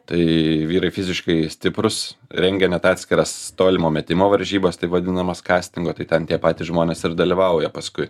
tai vyrai fiziškai stiprūs rengia net atskiras tolimo metimo varžybas taip vadinamas kastingo tai ten tie patys žmonės ir dalyvauja paskui